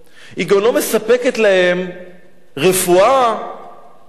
היא גם לא מספקת להם רפואה בכלל,